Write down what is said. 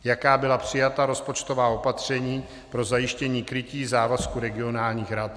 Jaká byla přijata rozpočtová opatření pro zajištění krytí závazku regionálních rad?